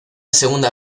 segunda